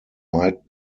might